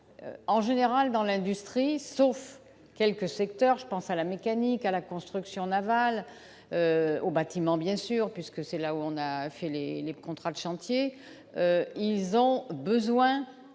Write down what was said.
en général dans l'industrie, sauf quelques secteurs, je pense à la mécanique à la construction navale au bâtiment bien sûr puisque c'est là où on a fait les les contrats de chantier, ils ont besoin